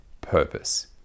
purpose